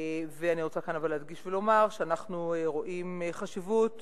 אני רוצה להדגיש ולומר שאנחנו רואים חשיבות